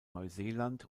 neuseeland